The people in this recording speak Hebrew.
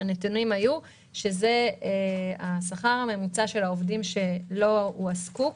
הנתונים היו שהשכר הממוצע של העובדים שלא הועסקו,